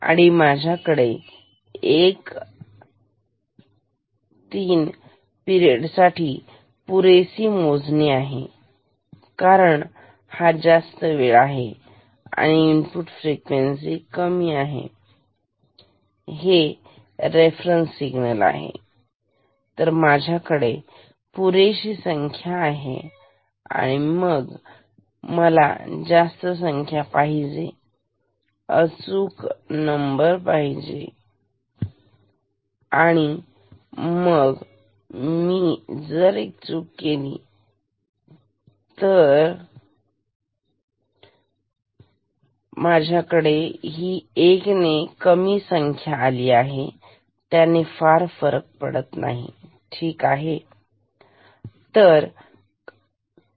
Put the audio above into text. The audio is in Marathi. आणि माझ्याकडे एक ती पिरेड साठी पुरेशी मोजणी आहे कारण हा जास्त वेळ आहे इनपुट फ्रिक्वेन्सी कमी आहे आणि हे रेफरन्स सिग्नल आहे तर माझ्याकडे पुरेशी संख्या आहे तर मला जास्त संख्या पाहिजे अजून जास्त जर मी एक चूक केली माझ्याकडे एक ने संख्या कमी आली त्याने फार फरक पडणार नाही ठीक आहे